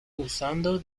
usando